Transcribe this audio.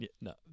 No